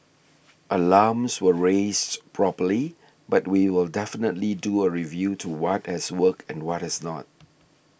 alarms were raised properly but we will definitely do a review to what has worked and what has not